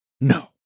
No